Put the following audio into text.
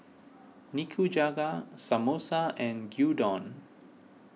Nikujaga Samosa and Gyudon